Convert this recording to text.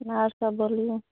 आओरसब बोलिऔ